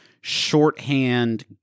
shorthand